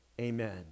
Amen